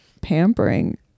pampering